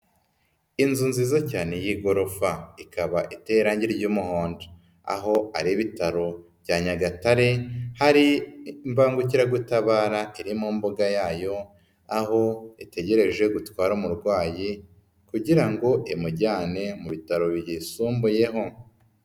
Inzu nziza cyane y'igorofa ikaba iteye irange ry'umuhondo, aho ari Ibitaro bya Nyagatare hari imbangukiragutabara iri mu mbuga yayo, aho itegereje gutwara umurwayi kugira ngo imujyane mu bitaro byisumbuyeho.